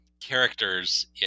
characters